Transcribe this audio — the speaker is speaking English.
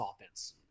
offense